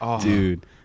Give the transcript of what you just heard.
Dude